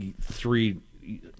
three